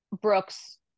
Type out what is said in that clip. brooks